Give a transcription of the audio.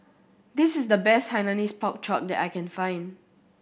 this is the best Hainanese Pork Chop that I can find